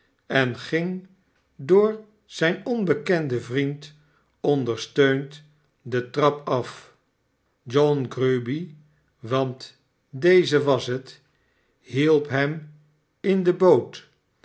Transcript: en ging door zijn onbekenden vriend ondersteund de trap af john grueby want deze was het hielp hem in de boot